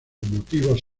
motivos